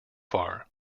far